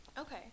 okay